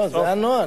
לא, זה הנוהל.